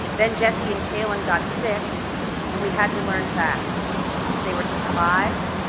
then jessie and calen got sick and we had to learn fast if they were to survive,